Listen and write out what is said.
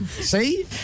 See